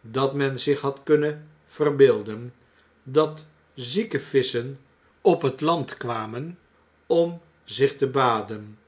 dat men zich had kunnen verbeelden dat zieke visschen op het land kwamen om zich te baden